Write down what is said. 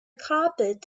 carpet